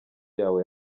yawe